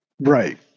Right